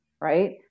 right